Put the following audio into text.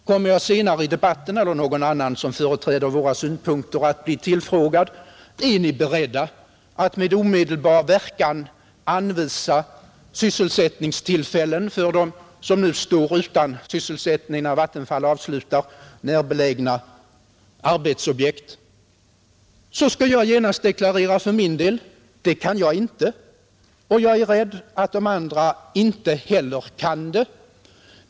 Kommer jag senare i debatten — eller någon annan som företräder våra synpunkter — att bli tillfrågad om vi är beredda att med omedelbar verkan anvisa sysselsättningstillfällen för dem som nu står utan sysselsättning, när Vattenfall avslutar närbelägna arbetsprojekt, skall jag genast deklarera för min del att det är jag inte. Jag är rädd att inte heller de andra kan det.